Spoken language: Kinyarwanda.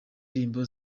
ndirimbo